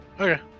Okay